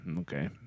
Okay